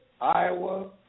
Iowa